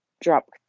drop